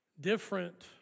Different